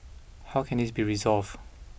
how can this be resolved